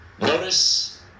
Notice